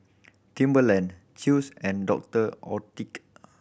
Timberland Chew's and Doctor Oetker